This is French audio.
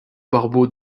barbeau